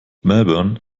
melbourne